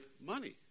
money